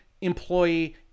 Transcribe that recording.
employee